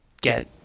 get